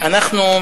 אנחנו,